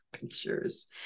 pictures